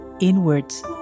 inwards